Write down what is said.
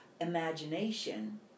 imagination